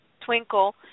Twinkle